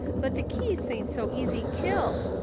but the keiths ain't so easy killed.